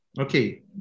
okay